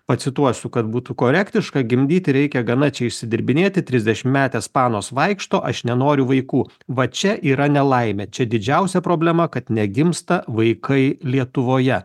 pacituosiu kad būtų korektiška gimdyti reikia gana čia išsidirbinėti trisdešimtmetės panos vaikšto aš nenoriu vaikų va čia yra nelaimė čia didžiausia problema kad negimsta vaikai lietuvoje